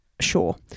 sure